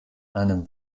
einen